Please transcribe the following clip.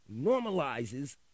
normalizes